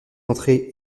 entrer